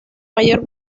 mayor